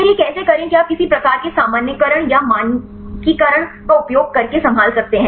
फिर यह कैसे करें कि आप किसी प्रकार के सामान्यीकरण या मानकीकरण का उपयोग करके संभाल सकते हैं